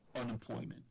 unemployment